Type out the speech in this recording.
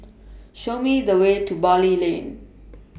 Show Me The Way to Bali Lane